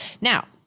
Now